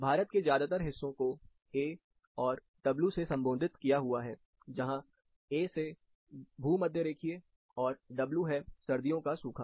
भारत के ज्यादातर हिस्सों को A और W से संबोधित किया हुआ है जहां A से भूमध्यरेखीय और W है सर्दियों का सूखा